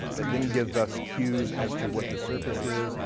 that then give us cues as to what the surface is,